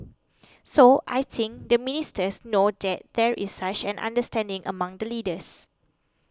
so I think the ministers know that there is such an understanding among the leaders